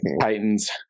Titans